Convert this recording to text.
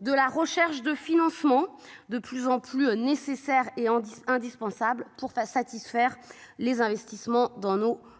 de la recherche de financements de plus en plus nécessaire et en 10, indispensable pour pas satisfaire les investissements dans nos communes.